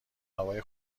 هوای